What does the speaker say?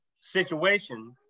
situation